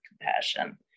compassion